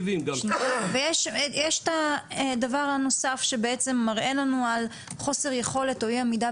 ויש את הדבר הנוסף שבעצם מראה לנו על חוסר יכולת או אי עמידה